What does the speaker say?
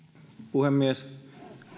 puhemies